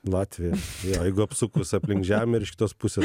latvija jo jeigu apsukus aplink žemę ir iš kitos pusės